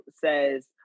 says